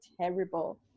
terrible